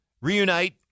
reunite